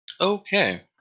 Okay